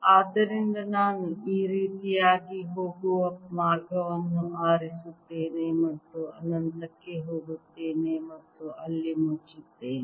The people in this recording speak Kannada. ಆದ್ದರಿಂದ ನಾನು ಈ ರೀತಿಯಾಗಿ ಹೋಗುವ ಮಾರ್ಗವನ್ನು ಆರಿಸುತ್ತೇನೆ ಮತ್ತು ಅನಂತಕ್ಕೆ ಹೋಗುತ್ತೇನೆ ಮತ್ತು ಅಲ್ಲಿ ಮುಚ್ಚುತ್ತೇನೆ